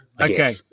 Okay